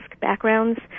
backgrounds